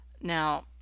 Now